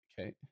okay